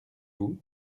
vous